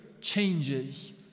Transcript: changes